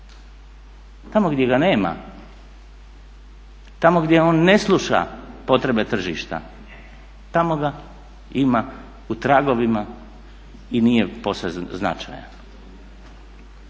Tamo gdje ga nema, tamo gdje on ne sluša potrebe tržišta tamo ga ima u tragovima i nije posve značajan.